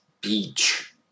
beach